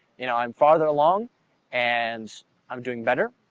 you know i'm farther along and i'm doing better,